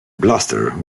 blaster